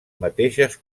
mateixes